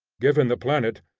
given the planet,